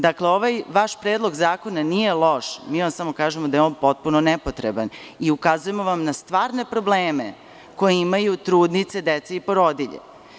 Dakle, ovaj vaš predlog zakona nije loš, mi vam samo kažemo da je potpuno nepotreban i ukazujemo vam na stvarne probleme koje imaju trudnice, deca i porodilje.